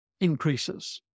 increases